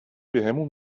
بهمون